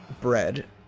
bread